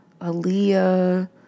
Aaliyah